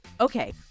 Okay